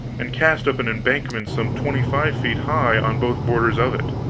and cast up an embankment some twenty-five feet high on both borders of it.